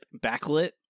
backlit